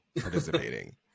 participating